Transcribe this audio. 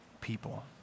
people